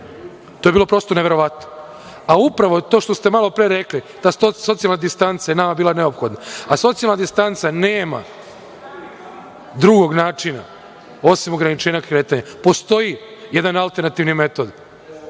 to je bilo prosto neverovatno. Upravo je to, što ste malopre rekli, ta socijalna distanca je nama bila neophodna. A, socijalne distance nema drugog načina osim ograničenja kretanja. Postoji jedan alternativni metod,